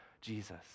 Jesus